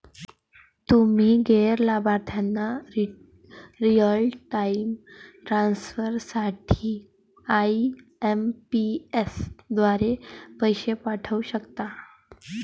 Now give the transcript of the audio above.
तुम्ही गैर लाभार्थ्यांना रिअल टाइम ट्रान्सफर साठी आई.एम.पी.एस द्वारे पैसे पाठवू शकता